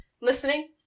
Listening